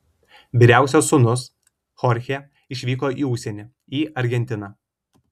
vyriausias sūnus chorchė išvyko į užsienį į argentiną